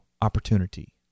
opportunity